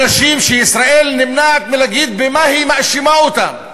אנשים שישראל נמנעת מלהגיד במה היא מאשימה אותם,